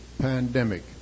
pandemic